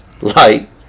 light